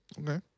Okay